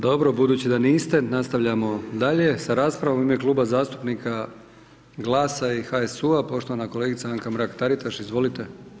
Dobro, budući da niste, nastavljamo da dalje sa raspravom u ime Kluba zastupnika GLAS-a i HSU-a, poštovana kolegica Anka Mrak-Taritaš, izvolite.